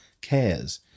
cares